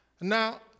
Now